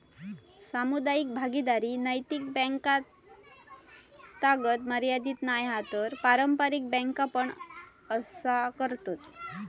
सामुदायिक भागीदारी नैतिक बॅन्कातागत मर्यादीत नाय हा तर पारंपारिक बॅन्का पण असा करतत